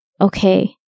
okay